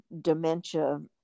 dementia